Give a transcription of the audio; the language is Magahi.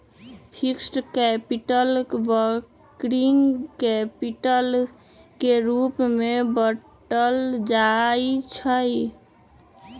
फिक्स्ड कैपिटल, वर्किंग कैपिटल के रूप में बाटल जाइ छइ